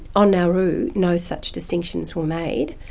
on nauru, no such distinctions were made,